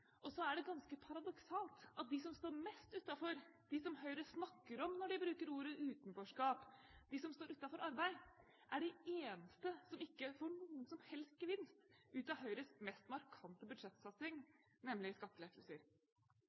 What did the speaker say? Og så er det ganske paradoksalt at de som står mest utenfor, de som Høyre snakker om når de bruker ordet utenforskap, de som står utenfor arbeid, er de eneste som ikke får noen som helst gevinst ut av Høyres mest markante budsjettsatsing, nemlig skattelettelser.